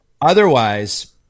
Otherwise